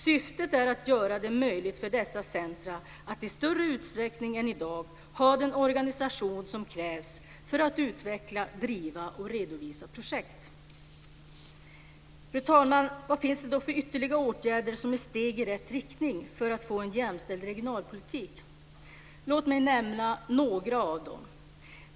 Syftet är att göra det möjligt för dessa centrum att i större utsträckning än i dag ha den organisation som krävs för att utveckla, driva och redovisa projekt. Fru talman! Vad finns det för ytterligare åtgärder som är steg i rätt riktning för att få en jämställd regionalpolitik? Låt mig nämna några av dem.